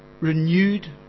renewed